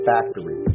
Factory